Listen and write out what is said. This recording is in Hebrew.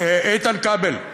איתן כבל,